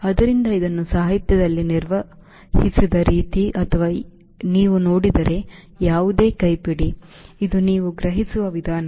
ಆದ್ದರಿಂದ ಇದನ್ನು ಸಾಹಿತ್ಯದಲ್ಲಿ ನಿರ್ವಹಿಸಿದ ರೀತಿ ಅಥವಾ ನೀವು ನೋಡಿದರೆ ಯಾವುದೇ ಕೈಪಿಡಿ ಇದು ನೀವು ಗ್ರಹಿಸುವ ವಿಧಾನ